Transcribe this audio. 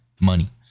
money